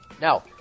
Now